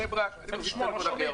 תנו לו לדבר.